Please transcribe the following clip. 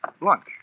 Lunch